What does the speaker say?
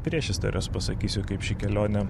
priešistorės pasakysiu kaip ši kelionė